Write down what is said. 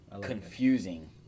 confusing